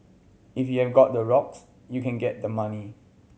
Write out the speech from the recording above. if you have e got the rocks you can get the money